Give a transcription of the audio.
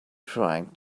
trying